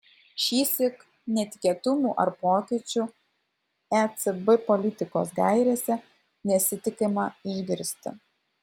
šįsyk netikėtumų ar pokyčių ecb politikos gairėse nesitikima išgirsti